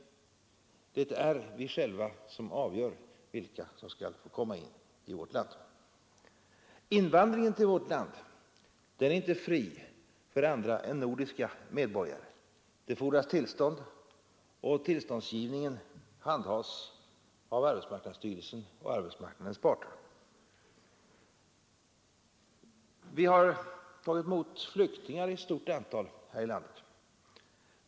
Det är vi själva som avgör vilka som skall få komma in i vårt land. Invandringen till vårt land är inte fri för andra än nordiska medborgare. Det fordras tillstånd, och tillståndsgivningen handhas av arbetsmarknadsstyrelsen och arbetsmarknadens parter. Vi har tagit emot flyktingar i ett stort antal här i landet.